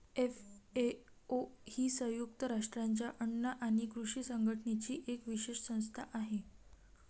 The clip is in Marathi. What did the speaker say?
एफ.ए.ओ ही संयुक्त राष्ट्रांच्या अन्न आणि कृषी संघटनेची एक विशेष संस्था आहे